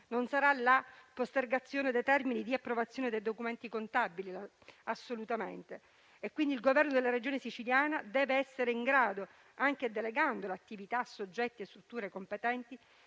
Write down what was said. Non sarà la postergazione dei termini di approvazione dei documenti contabili e, quindi, il governo della Regione Siciliana deve essere in grado di definire, anche delegando l'attività a soggetti e strutture competenti,